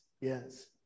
yes